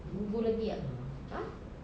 gugur lebih tak !huh!